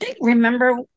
remember